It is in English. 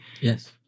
Yes